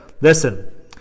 Listen